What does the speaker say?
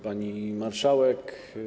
Pani Marszałek!